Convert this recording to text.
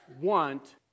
want